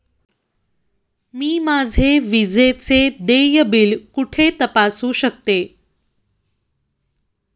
मी माझे विजेचे देय बिल कुठे तपासू शकते?